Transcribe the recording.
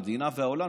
המדינה והעולם,